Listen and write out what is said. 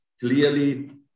clearly